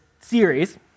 series